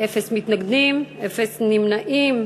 אין מתנגדים, אין נמנעים.